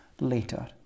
later